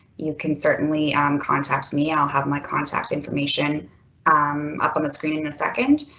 you can certainly um contact me. i'll have my contact information um up on the screen in a second,